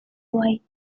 light